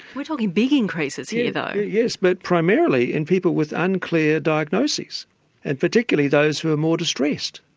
we're talking big increases here though. yes, but primarily in people with unclear diagnoses and particularly those who are more distressed.